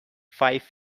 five